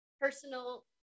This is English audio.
personal